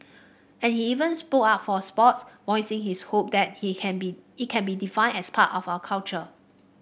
and he even spoke up for sports voicing his hope that he can be it can be defined as part of our culture